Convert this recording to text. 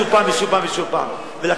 שוב פעם ושוב פעם ושוב פעם.